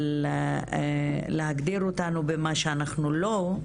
אבל להגדיר אותנו במה שאנחנו לא,